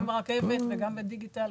גם לרכבת וגם לדיגיטל.